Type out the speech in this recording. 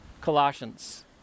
Colossians